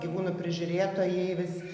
gyvūnų prižiūrėtojai vis